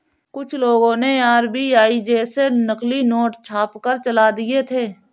कुछ लोगों ने आर.बी.आई जैसे नकली नोट छापकर चला दिए थे